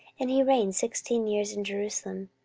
and he reigned sixteen years in jerusalem.